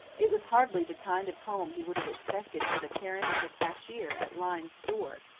it was hardly the kind of home he would have expected for the parent of a cashier at lyne's store,